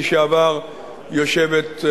לשעבר יושבת,